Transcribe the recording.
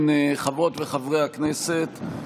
חברות וחברי הכנסת,